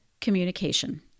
communication